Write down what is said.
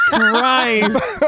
Christ